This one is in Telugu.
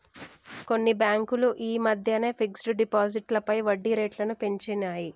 కొన్ని బ్యేంకులు యీ మద్దెనే ఫిక్స్డ్ డిపాజిట్లపై వడ్డీరేట్లను పెంచినియ్